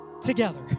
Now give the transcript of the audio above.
together